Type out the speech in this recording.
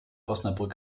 osnabrück